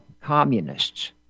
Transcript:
communists